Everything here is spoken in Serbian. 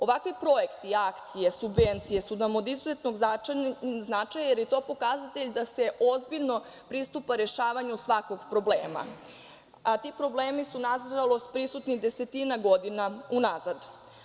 Ovakvi projekti i akcije, subvencije, su nam od izuzetnog značaja jer je to pokazatelj da se ozbiljno pristupa rešavanju svakog problema, a ti problemi su, nažalost, prisutni desetina godina unazad.